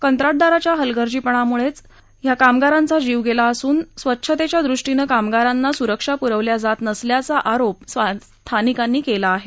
कंत्राटदाराच्या हलगर्जीपणामुळेच या दोन सफाई कामगारांचा जीव गेला असून स्वच्छतेच्या दृष्टीनं कामगारांना कुठलीही सुरक्षा पुरवली जात नसल्याचा आरोप स्थानिकांनी केला आहे